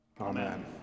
Amen